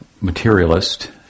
materialist